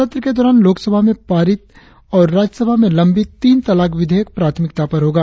सत्र के दौरान लोकसभा में पारित और राज्यसभा में लंबित तीन तलाक विधेयक प्राथमिकता पर होगा